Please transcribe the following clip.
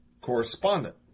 correspondent